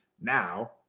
now